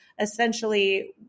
Essentially